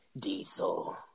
Diesel